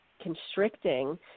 constricting